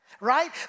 right